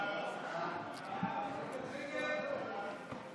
ההצעה להעביר את הצעת חוק הביטוח הלאומי (תיקון,